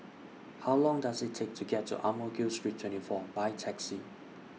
How Long Does IT Take to get to Ang Mo Kio Street twenty four By Taxi